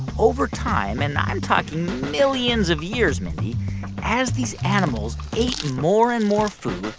over time and i'm talking millions of years, mindy as these animals ate more and more food,